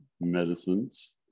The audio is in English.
medicines